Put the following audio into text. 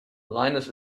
linus